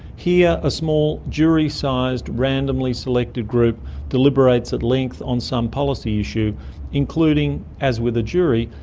here a small jury-sized randomly selected group deliberates at length on some policy issue including, as with a jury,